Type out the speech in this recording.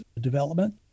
development